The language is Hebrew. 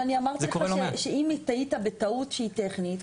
אני אמרתי לך שאם טעית בטעות שהיא טכנית,